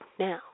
Now